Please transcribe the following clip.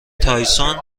تایسون